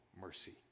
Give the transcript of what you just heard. mercy